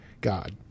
God